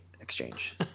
exchange